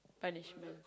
punishment